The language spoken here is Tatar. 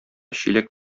чиләк